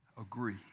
agree